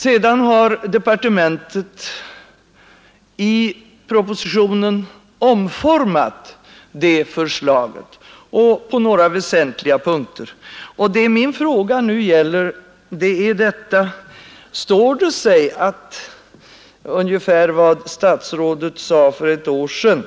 Sedan har departementet i propositionen omformat det förslaget på några väsentliga punkter. Min fråga blir då: Står det sig vad statsrådet sade för ett år sedan?